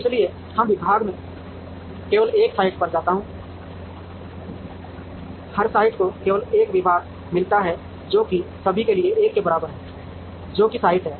इसलिए हर विभाग मैं केवल एक साइट पर जाता हूं हर साइट को केवल एक विभाग मिलता है जो कि सभी के लिए 1 के बराबर है जो कि साइट है